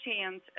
chance